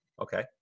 Okay